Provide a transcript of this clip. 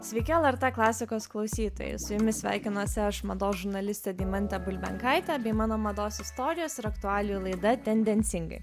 sveiki lrt klasikos klausytojai su jumis sveikinuosi aš mados žurnalistė deimantė bulbenkaitė bei mano mados istorijos ir aktualijų laida tendencingai